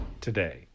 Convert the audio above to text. today